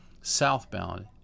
southbound